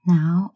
Now